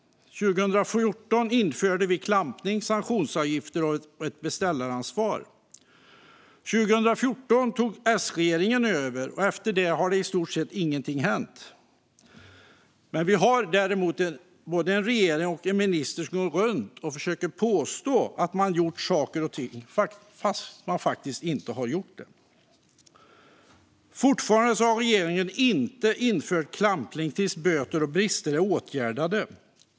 År 2014 införde vi klampning, sanktionsavgifter och ett beställaransvar. År 2014 tog S-regeringen över, och efter det har i stort sett ingenting hänt. Men däremot har vi en regering och en minister som går runt och påstår att man har gjort saker och ting fast man inte har gjort det. Fortfarande har regeringen inte infört klampning tills böter är betalda och brister är åtgärdade.